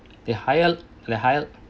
the higher the higher